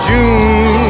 June